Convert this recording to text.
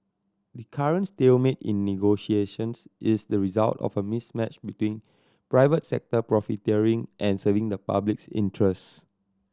the current stalemate in negotiations is the result of a mismatch between private sector profiteering and serving the public's interest